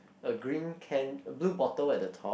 a green can blue bottle at the top